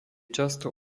často